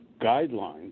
guidelines